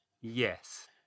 yes